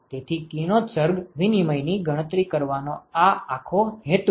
તેથી કિરણોત્સર્ગ વિનિમય ની ગણતરી કરવાનો આ આખો હેતુ છે